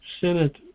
Senate